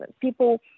People